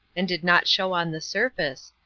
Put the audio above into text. and did not show on the surface,